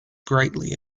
greatly